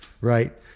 right